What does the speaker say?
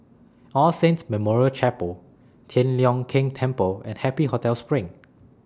All Saints Memorial Chapel Tian Leong Keng Temple and Happy Hotel SPRING